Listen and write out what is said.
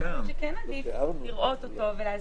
יכול להיות שכן עדיף לראות אותו ולהסביר לו.